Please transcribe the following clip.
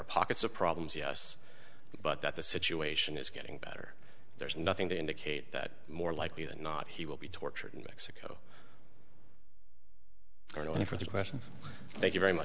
are pockets of problems yes but that the situation is getting better there is nothing to indicate that more likely than not he will be tortured in mexico or any further questions thank you very much